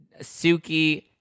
Suki